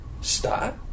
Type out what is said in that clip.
Start